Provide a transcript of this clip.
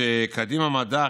וקדימה מדע,